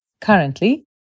Currently